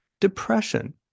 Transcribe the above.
depression